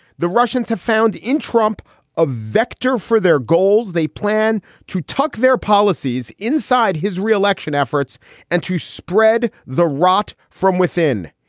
the russians have found in trump a vector for their goals. they plan to tuck their policies inside his re-election efforts and to spread the rot from within.